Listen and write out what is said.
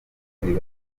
ahubwo